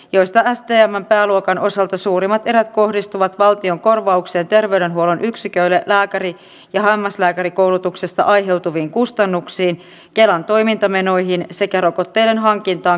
jos taas hieman pääluokan osalta suurimmat erät kohdistuvat valtion korvaukset terveydenhuollon yksiköille lääkärit ja hammaslääkärikoulutuksesta aiheutuviin kustannuksiin kelan toimintamenoihin sekä rokotteiden hankintaan